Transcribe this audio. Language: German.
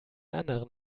anderen